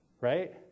right